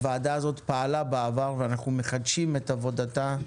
הוועדה הזאת פעלה בעבר, ואנחנו מחדשים את עבודתה.